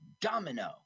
domino